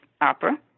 opera